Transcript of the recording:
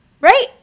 right